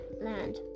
land